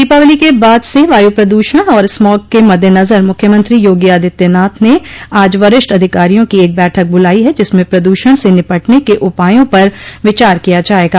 दीपावली के बाद से वायु प्रदूषण और स्मॉग के मद्देनजर मुख्यमंत्री योगी आदित्यनाथ ने आज वरिष्ठ अधिकारियों की एक बैठक बुलाई है जिसमें प्रदूषण से निटपने के उपायों पर विचार किया जायेगा